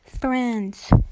friends